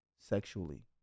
sexually